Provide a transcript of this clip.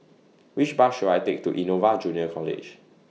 Which Bus should I Take to Innova Junior College